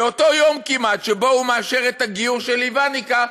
באותו יום כמעט שבו הוא מאשר את הגיור של איוונקה,